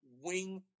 wing